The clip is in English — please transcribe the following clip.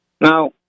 Now